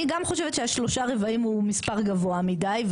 אני גם חושבת שהשלושה רבעים הוא מספר גבוה מידי,